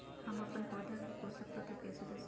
हम अपन पौधा के पोषक तत्व कैसे दे सकली ह?